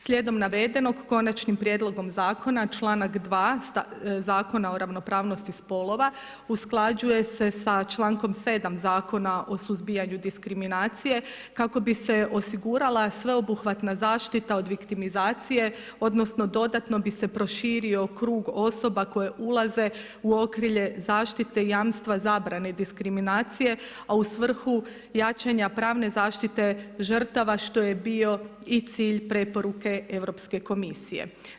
Slijedom navedenog Konačnim prijedlogom zakona članak 2. Zakona o ravnopravnosti spolova usklađuje se sa člankom 7. Zakona o suzbijanju diskriminacije kako bi se osigurala sveobuhvatna zaštita od viktimizacije, odnosno dodatno bi se proširio krug osoba koje ulaze u okrilje zaštite jamstva zabrane diskriminacije a u svrhu jačanja pravne zaštite žrtava što je bio i cilj preporuke Europske komisije.